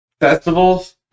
festivals